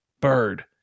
bird